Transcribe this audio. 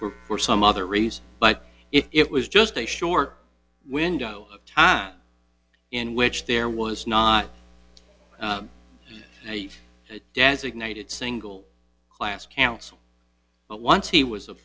and for some other reason but it was just a short window of time in which there was not and if designated single class counsel but once he was